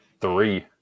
Three